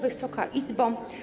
Wysoka Izbo!